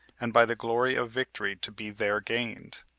and by the glory of victory to be there gained.